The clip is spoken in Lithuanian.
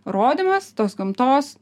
rodymas tos gamtos